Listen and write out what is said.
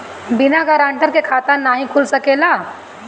बिना गारंटर के खाता नाहीं खुल सकेला?